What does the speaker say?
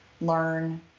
learn